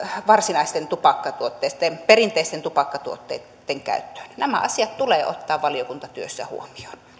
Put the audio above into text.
varsinaisten tupakkatuotteitten perinteisten tupakkatuotteitten käyttöön nämä asiat tulee ottaa valiokuntatyössä huomioon